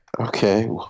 Okay